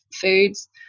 foods